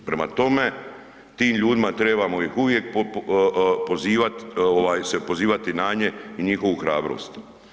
Prema tome, tim ljudima, trebamo ih uvijek pozivati, se pozivati na nje i njihovu hrabrost.